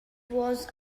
was